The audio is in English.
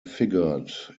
figured